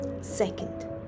second